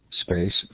space